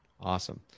Awesome